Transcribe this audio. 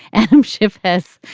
adam schiff. yes.